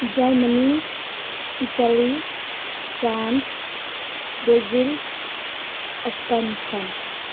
Germany Italy France Brazil Afghanistan